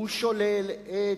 הוא שולל את